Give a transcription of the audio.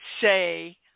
say